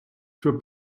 für